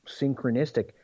synchronistic